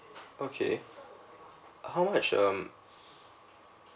okay uh how much um